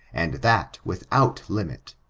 and that without limit,